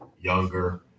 younger